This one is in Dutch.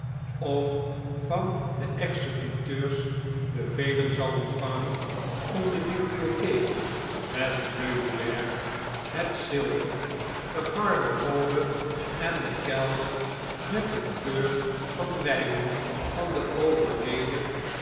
of van de executeurs bevelen zal ontvangen om de bibliotheek het meubilair het zilver de garderobe en den kelder met een keur van wijnen van den overleden